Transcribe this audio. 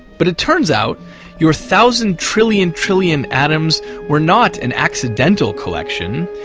but it turns out your thousand trillion, trillion atoms were not an accidental collection,